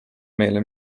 meile